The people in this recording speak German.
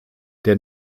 der